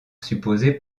supposée